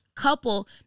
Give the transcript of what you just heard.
couple